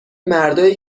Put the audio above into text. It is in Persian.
مردایی